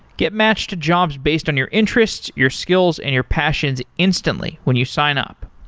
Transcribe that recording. get matched to jobs based on your interests, your skills and your passions instantly when you sign up.